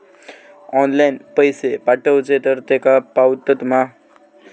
Online पैसे पाठवचे तर तेका पावतत मा?